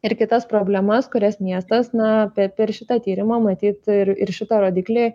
ir kitas problemas kurias miestas na per šitą tyrimą matyt ir šitą rodiklį